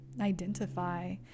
identify